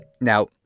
Now